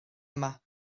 yna